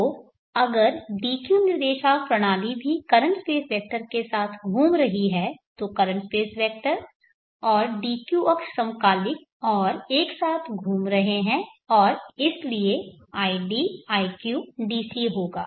तो अगर dq निर्देशांक प्रणाली भी करंट स्पेस वेक्टर के साथ घूम रही है तो करंट स्पेस वेक्टर और dq अक्ष समकालिक और एक साथ घूम रहे हैं और इसलिए id iq DC होगा